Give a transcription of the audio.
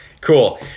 Cool